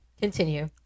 continue